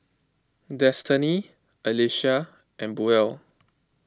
Destany Alecia and Buell